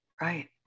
right